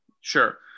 Sure